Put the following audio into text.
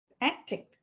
acting